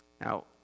Now